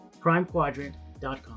primequadrant.com